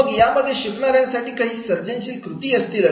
मग यामध्ये शिकणाऱ्यांसाठी काही सर्जनशील कृती असतील